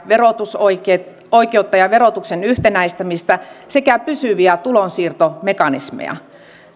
verotusoikeutta ja verotuksen yhtenäistämistä sekä pysyviä tulonsiirtomekanismeja